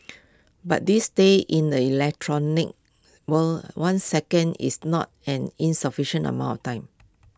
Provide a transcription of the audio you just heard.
but these days in the electronic world one second is not an insufficient amount of time